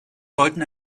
sollten